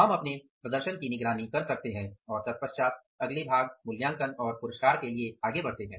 हम अपने प्रदर्शन की निगरानी कर सकते हैं और तत्पश्चात अगले भाग मूल्यांकन और पुरस्कार के लिए आगे बढ़ते हैं